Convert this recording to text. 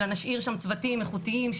אלא נשאיר שם צוותים איכותיים,